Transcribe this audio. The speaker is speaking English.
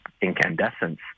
incandescence